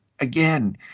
again